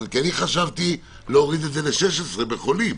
חשבתי להוריד את זה ל-16 בחולים.